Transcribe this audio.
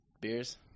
beers